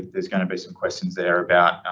there's going to be some questions there about, ah,